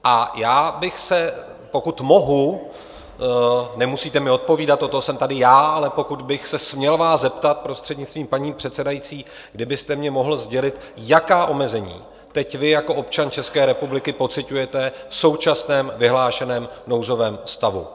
A já bych se, pokud mohu nemusíte mi odpovídat, od toho jsem tady já ale pokud bych se směl vás zeptat, prostřednictvím paní předsedající, kdybyste mně mohl sdělit, jaká omezení teď vy, jako občan České republiky, pociťujete v současném vyhlášeném nouzovém stavu.